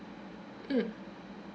mm